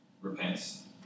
repents